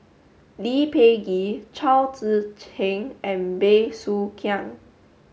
Lee Peh Gee Chao Tzee Cheng and Bey Soo Khiang